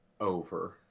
over